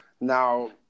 Now